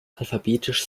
alphabetisch